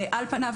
על פניו,